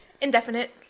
Indefinite